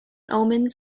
omens